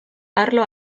arlo